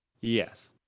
yes